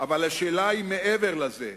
אבל השאלה היא מעבר לזה.